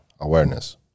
awareness